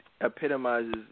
epitomizes